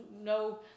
no